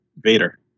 Vader